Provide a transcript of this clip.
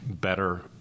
better